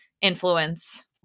influence